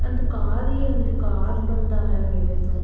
ਅੰਧਕਾਰ ਹੀ ਅੰਧਕਾਰ ਬਣਦਾ ਹੈ ਮੇਰੇ ਤੋਂ